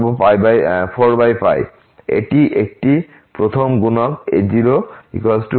সুতরাং এটি প্রথম গুণক a04